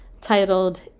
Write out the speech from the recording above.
titled